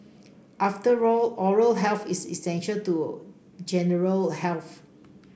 after all oral health is essential to general health